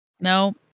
no